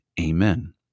Amen